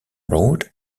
road